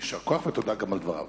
יישר כוח, ותודה גם על דבריו.